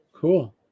cool